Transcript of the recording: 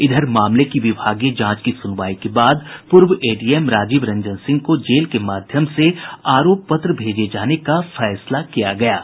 इधर मामले की विभागीय जांच की सुनवाई के बाद पूर्व एडीएम राजीव रंजन सिंह को जेल के माध्यम से आरोप पत्र भेजे जाने का फैसला किया गया है